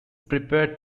prepared